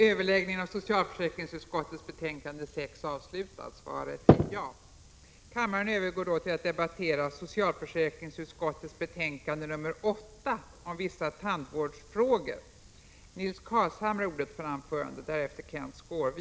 Beträffande skatteutskottets betänkande 19 är ingen talare anmäld. Kammaren övergår därför till att debattera konstitutionsutskottets betänkande 14 om försök med ett nytt frågeinstitut, m.m.